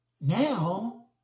Now